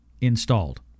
installed